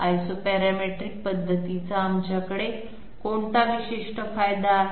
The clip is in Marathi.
आयसोपॅरेमेट्रिक पद्धतीचा आमच्याकडे कोणता विशिष्ट फायदा आहे